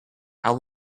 how